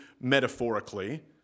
metaphorically